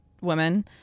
women